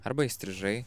arba įstrižai